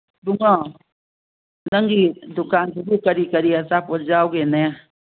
ꯏꯕꯨꯡꯉꯣ ꯅꯪꯒꯤ ꯗꯨꯀꯥꯟꯁꯤꯕꯨ ꯀꯔꯤ ꯀꯔꯤ ꯑꯆꯥꯄꯣꯠ ꯌꯥꯎꯒꯦꯅꯦ